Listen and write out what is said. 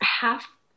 half